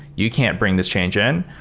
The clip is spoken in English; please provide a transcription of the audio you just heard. you can't bring this change in,